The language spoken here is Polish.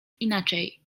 inaczej